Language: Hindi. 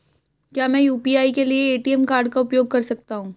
क्या मैं यू.पी.आई के लिए ए.टी.एम कार्ड का उपयोग कर सकता हूँ?